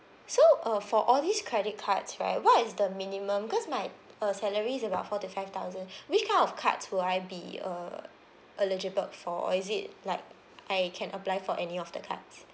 so uh for all these credit cards right what is the minimum because my uh salary is about four to five thousand which kind of cards will I be uh eligible for or is it like I can apply for any of the cards